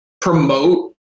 promote